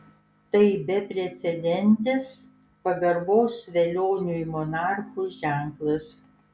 tai beprecedentis pagarbos velioniui monarchui ženklas